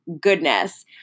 goodness